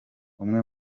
umwe